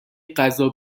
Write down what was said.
غذا